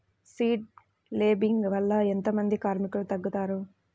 Seed లేంబింగ్ వల్ల ఎంత మంది కార్మికులు తగ్గుతారు?